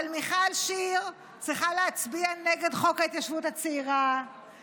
אבל מיכל שיר צריכה להצביע נגד חוק ההתיישבות הצעירה,